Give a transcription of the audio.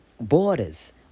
borders